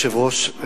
אדוני היושב-ראש,